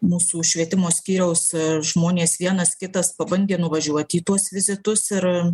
mūsų švietimo skyriaus žmonės vienas kitas pabandė nuvažiuoti į tuos vizitus ir